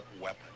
weapon